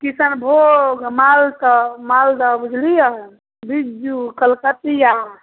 किसनभोग मालदह मालदह बुझलिए बिज्जू कलकतिआ